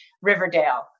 Riverdale